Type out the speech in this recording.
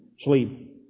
sleep